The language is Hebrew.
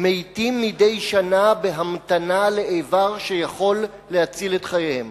מתים מדי שנה בהמתנה לאיבר שיכול להציל את חייהם.